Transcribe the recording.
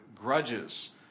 grudges